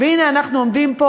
והנה אנחנו עומדים פה,